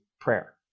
prayer